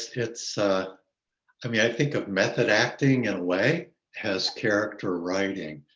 it's, ah i mean, i think of method acting in a way has character writing.